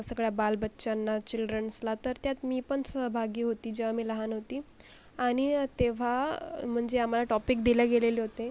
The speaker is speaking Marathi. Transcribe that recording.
सगळ्या बालबच्च्यांना चिल्ड्रन्सला तर त्यात मी पण सहभागी होती जेव्हा मी लहान होती आणि तेव्हा म्हणजे आम्हाला टॉपिक दिल्या गेलेले होते